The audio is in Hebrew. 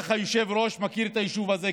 בטח היושב-ראש מכיר את היישוב הזה,